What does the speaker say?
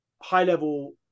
high-level